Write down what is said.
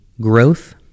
growth